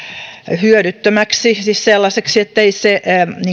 hyödyttömäksi siis sellaiseksi ettei se